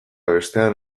bestean